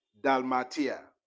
Dalmatia